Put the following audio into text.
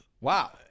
Wow